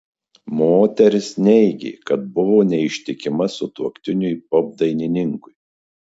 moteris neigė kad buvo neištikima sutuoktiniui popdainininkui